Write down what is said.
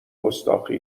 گستاخی